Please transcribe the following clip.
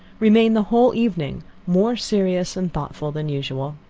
remain the whole evening more serious and thoughtful than usual.